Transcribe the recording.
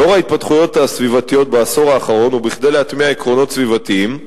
לאור ההתפתחויות הסביבתיות בעשור האחרון וכדי להטמיע עקרונות סביבתיים,